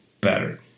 better